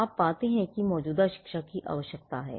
आप पाते हैं कि मौजूदा शिक्षा की आवश्यकता है